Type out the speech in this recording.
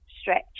stretch